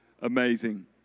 Amazing